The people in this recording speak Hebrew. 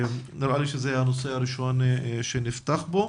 נראה לי שזה הנושא הראשון שנפתח בו.